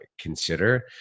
consider